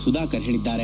ಸುಧಾಕರ್ ಹೇಳಿದ್ದಾರೆ